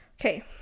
okay